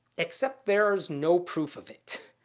except there's no proof of it.